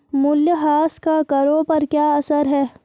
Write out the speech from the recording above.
मूल्यह्रास का करों पर क्या असर है?